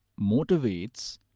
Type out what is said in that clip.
motivates